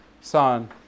Son